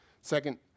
second